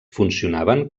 funcionaven